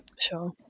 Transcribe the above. Sure